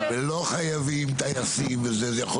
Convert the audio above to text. ולא חייבים טייסים וזה.